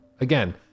again